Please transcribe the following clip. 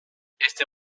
este